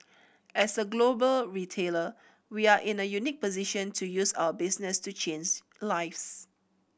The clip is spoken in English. as a global retailer we are in a unique position to use our business to change lives